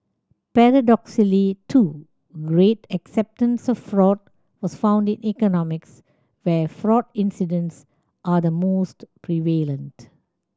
paradoxically too great acceptance of fraud was found in economies where fraud incidents are the most prevalent